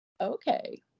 Okay